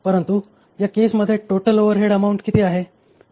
परंतु या केस मधे टोटल ओव्हरहेड अमाऊंट किती आहे